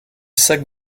sac